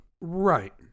Right